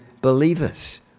believers